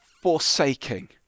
forsaking